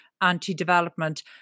anti-development